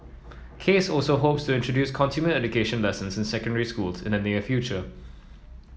case also hopes to introduce consumer education lessons in secondary schools in the near future